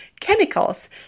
chemicals